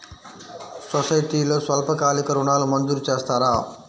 సొసైటీలో స్వల్పకాలిక ఋణాలు మంజూరు చేస్తారా?